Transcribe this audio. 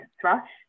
thrush